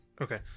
okay